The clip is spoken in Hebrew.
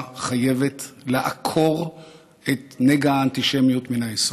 חייבות לעקור את נגע האנטישמיות מן היסוד.